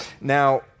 Now